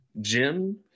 Jim